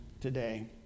today